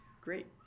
Great